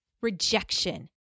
rejection